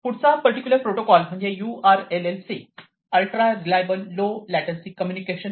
पुढचा particular protocol म्हणजे URLLC ultra reliable low latency communication